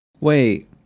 Wait